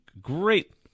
great